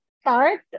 start